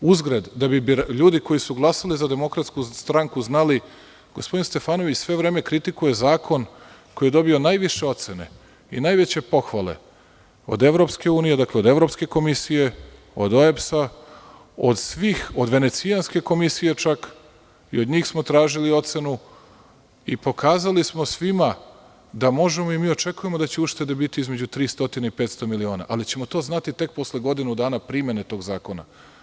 Uzgred, da bi ljudi koji su glasali za DS znali, gospodin Stefanović sve vreme kritikuje zakon koji je dobio najviše ocene i najveće pohvale od EU, od Evropske komisije, od OEBS, čak i od Venecijanske komisije, i od njih smo tražili ocenu i pokazali smo svima da možemo i mi očekujemo da će uštede biti između 300 i 500 miliona, ali ćemo to znati tek posle godinu dana primene tog zakona.